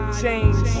change